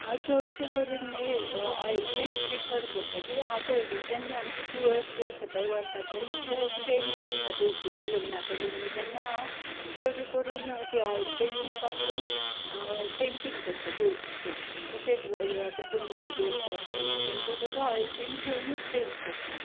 हांव चडशे करून न्ही ऑयलपेंट प्रिफर करतां कित्याक हांव पयलींच्यान न्ही आमची तुळस बीन आसा पळय ती वर्सांतल्यान एकदां अशी पेंट करतां तुळशीच्या लग्ना कडेन न्ही तेन्ना चड करून ती ऑयलपेंटूच वापरून पेंटींग करतात तुळशीचें तशेंच ते आता कुंड्यो बी आसा पळय न्ही तेंकां सुद्दां ऑयलपेंट घेवनूच पेंट करतां